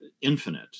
infinite